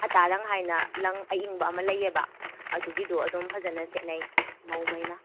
ꯑꯥꯇꯥꯔꯪ ꯍꯥꯏꯅ ꯂꯪ ꯑꯏꯪꯕ ꯑꯃ ꯂꯩꯌꯦꯕ ꯑꯗꯨꯒꯤꯗꯣ ꯑꯗꯨꯝ ꯐꯖꯅ ꯁꯦꯠꯅꯩ ꯃꯧꯃꯩꯅ